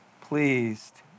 pleased